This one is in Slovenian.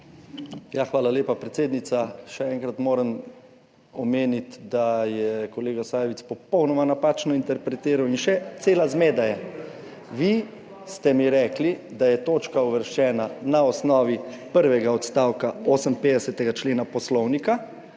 Ja, hvala lepa, predsednica. Še enkrat moram omeniti, da je kolega Sajovic popolnoma napačno interpretiral in še cela zmeda je. Vi ste mi rekli, da je točka uvrščena na osnovi prvega odstavka 58. člena Poslovnika,